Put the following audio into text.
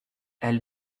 elle